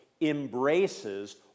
embraces